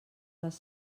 les